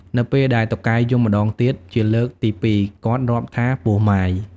នៅពេលដែលតុកែយំម្ដងទៀត ជាលើកទី ២ គាត់រាប់ថា ពោះម៉ាយ ។